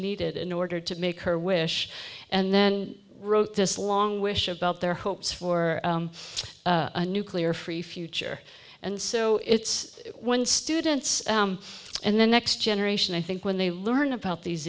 needed in order to make her wish and then wrote this long wish about their hopes for a nuclear free future and so it's when students and the next generation i think when they learn about these